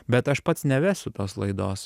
bet aš pats nevesiu tos laidos